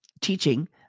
teaching